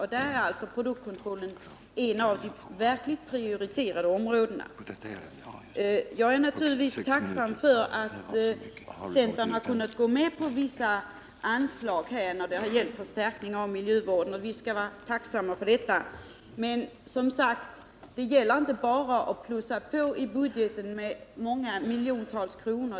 Här är produktkontrollen ett av de verkligt prioriterade områdena. Jag är naturligtvis tacksam för att centern har kunnat gå med på vissa anslag beträffande förstärkning av miljövården, men det gäller, som sagt, att inte bara plussa på med miljontals kronor.